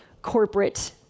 corporate